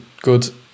good